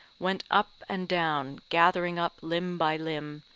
went up and down gathering up limb by limb,